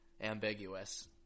ambiguous